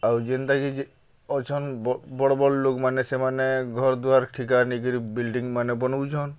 ଆଉ ଯେନ୍ତାକି ଅଛନ୍ ବଡ଼୍ ବଡ଼୍ ଲୋକ୍ମାନେ ସେମାନେ ଘର୍ ଦୁଆର୍ ଠିକା ନେଇକିରି ବିଲ୍ଡିଂମାନେ ବନଉଛନ୍